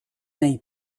nei